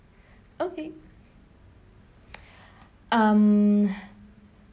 okay um